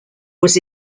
was